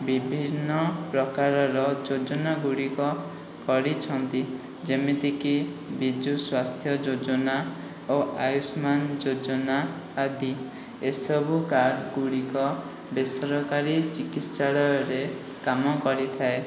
ବିଭିନ୍ନ ପ୍ରକାରର ଯୋଜନାଗୁଡ଼ିକ କରିଛନ୍ତି ଯେମିତିକି ବିଜୁ ସ୍ୱାସ୍ଥ୍ୟ ଯୋଜନା ଓ ଆୟୁଷ୍ମାନ ଯୋଜନା ଆଦି ଏସବୁ କାର୍ଡ଼୍ଗୁଡ଼ିକ ବେସରକାରୀ ଚିକିତ୍ସାଳୟରେ କାମ କରିଥାଏ